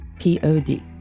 P-O-D